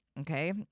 okay